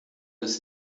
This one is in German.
ist